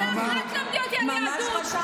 בעלי מורה לתנ"ך, אל תלמדי אותי על יהדות.